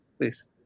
please